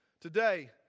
Today